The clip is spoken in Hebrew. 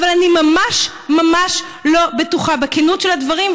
אבל אני ממש ממש לא בטוחה בכנות של הדברים,